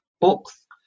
books